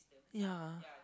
ya